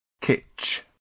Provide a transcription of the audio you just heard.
kitch